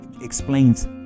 explains